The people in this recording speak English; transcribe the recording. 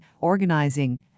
organizing